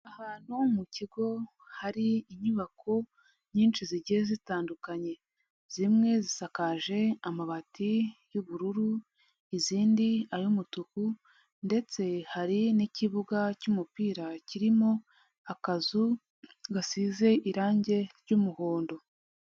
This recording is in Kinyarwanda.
Ahantu mu kigo hari inyubako nyinshi zigiye zitandukanye, zimwe zisakaje amabati y'ubururu izindi ay'umutuku ndetse hari n'ikibuga cy'umupira kirimo akazu gasize irangi ry'umuhondo.